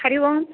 Hari Om